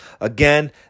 Again